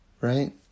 Right